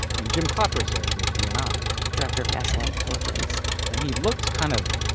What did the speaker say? and jim clapper's there the dni director of national intelligence and he looked kind of